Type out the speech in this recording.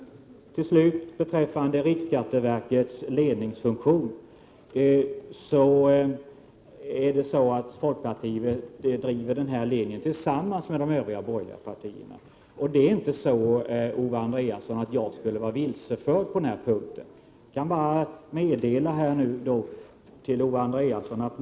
Till slut beträffande riksskatteverkets ledningsfunktion: Vi i folkpartiet förespråkar, tillsammans med övriga borgerliga partier, den linje som jag här har talat om. Det är inte så, Owe Andréasson, att jag har blivit vilseledd.